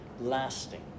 lasting